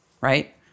right